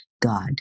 God